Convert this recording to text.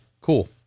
cool